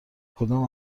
کدام